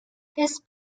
this